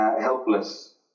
helpless